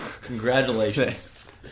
Congratulations